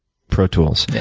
protools.